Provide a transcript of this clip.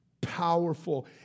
powerful